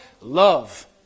Love